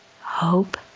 hope